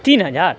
تین ہزار